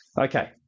okay